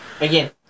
Again